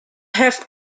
have